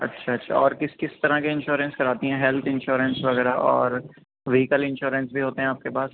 اچھا اچھا اور کس کس طرح کے انشیورنس کراتی ہیں ہیلتھ انشیورنس وغیرہ اور ویکل انشیورنس بھی ہوتے ہیں آپ کے پاس